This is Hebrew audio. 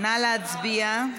נא להצביע.